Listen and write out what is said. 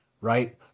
Right